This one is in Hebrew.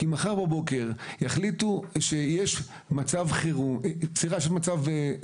כי מחר בבוקר יחליטו שיש מצב ביניים,